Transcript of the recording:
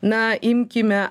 na imkime